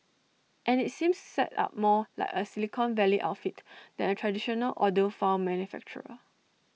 and IT seems set up more like A Silicon Valley outfit than A traditional audiophile manufacturer